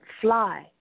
Fly